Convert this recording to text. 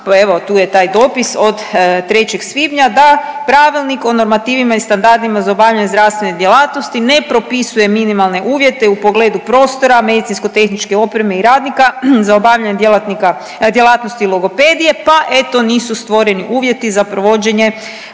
evo tu je taj dopis od 3. svibnja da pravilnik o normativima i standardima za obavljanje zdravstvene djelatnosti ne propisuje minimalne uvjete u pogledu prostora, medicinsko tehničke opreme i radnika za obavljanje djelatnika djelatnosti logopedije pa eto nisu stvoreni uvjeti za provođenje